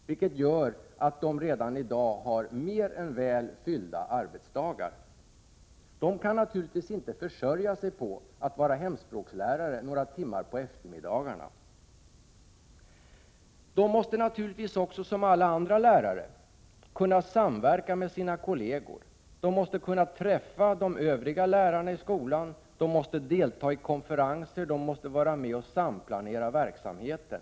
Detta innebär att lärarna i dag har mer än väl fyllda arbetsdagar: De kan naturligtvis inte försörja sig på att vara hemspråkslärare några timmar på eftermiddagarna. De måste naturligtvis som alla andra lärare kunna samverka med sina kollegor, träffa de övriga lärarna i skolan, delta i konferenser och vara med och samplanera verksamheten.